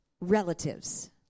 relatives